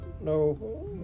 no